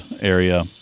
area